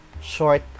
short